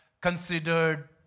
considered